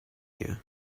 you